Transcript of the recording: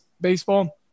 baseball